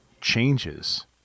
changes